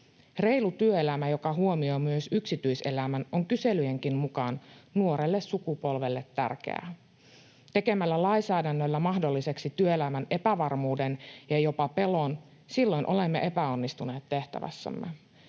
Reilu työelämä, joka huomioi myös yksityiselämän, on kyselyjenkin mukaan nuorelle sukupolvelle tärkeä. Tekemällä lainsäädännöllä mahdolliseksi työelämän epävarmuuden ja jopa pelon olemme epäonnistuneet tehtävässämme.